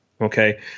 Okay